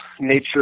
nature